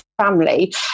family